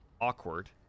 awkward